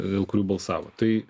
dėl kurių balsavo tai